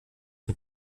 mit